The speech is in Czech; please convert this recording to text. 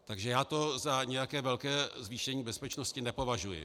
Takže já to za nějaké velké zvýšení bezpečnosti nepovažuji.